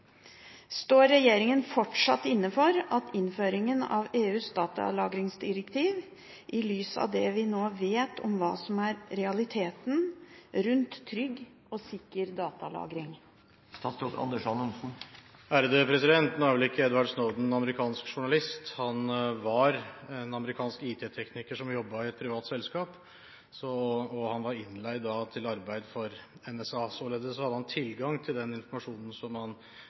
Står regjeringen fortsatt inne for innføring av EUs datalagringsdirektiv, i lys av det vi nå vet om hva som er realiteten rundt trygg og sikker datalagring?» Nå er vel ikke Edward Snowden amerikansk journalist. Han var en amerikansk IT-tekniker som jobbet i et privat selskap, og var innleid til arbeid for NSA. Således hadde han tilgang til den informasjonen han